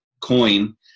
coin